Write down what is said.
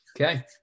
Okay